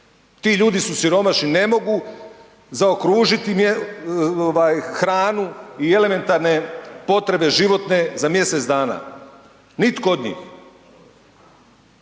Ti ljudi su siromašni ne mogu zaokružiti ovaj hranu i elementarne potrebe životne za mjesec dana, nitko od njih.